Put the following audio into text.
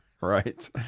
Right